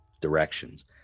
directions